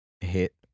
hit